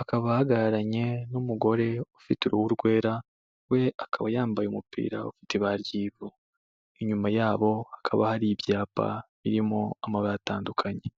akaba ahagararanye n'umugore ufite uruhu rwera we akaba yambaye umupira ufite ibara ry'ivu, inyuma yabo hakaba hari ibyapa birimo amabara atandukanye.